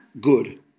good